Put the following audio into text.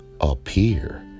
appear